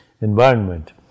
environment